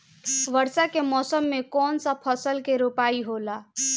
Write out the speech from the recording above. वर्षा के मौसम में कौन सा फसल के रोपाई होला?